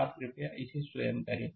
आप कृपया इसे स्वयं करें